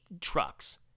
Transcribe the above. trucks